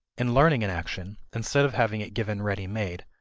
in learning an action, instead of having it given ready-made,